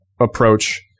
approach